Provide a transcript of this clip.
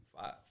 Five